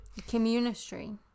Communistry